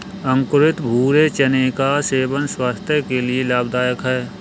अंकुरित भूरे चने का सेवन स्वास्थय के लिए लाभदायक है